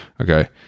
okay